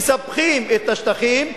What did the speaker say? מספחים את השטחים,